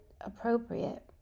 appropriate